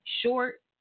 short